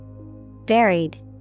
Varied